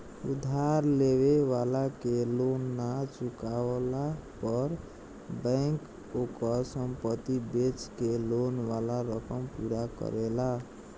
उधार लेवे वाला के लोन ना चुकवला पर बैंक ओकर संपत्ति बेच के लोन वाला रकम पूरा करेला